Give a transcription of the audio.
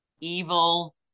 evil